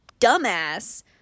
dumbass